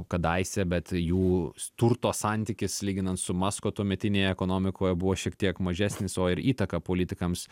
kadaise bet jų turto santykis lyginant su masko tuometinėj ekonomikoj buvo šiek tiek mažesnis o ir įtaka politikams